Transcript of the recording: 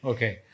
Okay